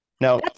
Now